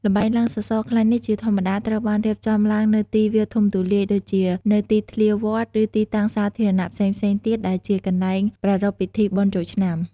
ល្បែងឡើងសសរខ្លាញ់នេះជាធម្មតាត្រូវបានរៀបចំឡើងនៅទីវាលធំទូលាយ ដូចជានៅទីធ្លាវត្ត ឬទីតាំងសាធារណៈផ្សេងៗទៀតដែលជាកន្លែងប្រារព្ធពិធីបុណ្យចូលឆ្នាំ។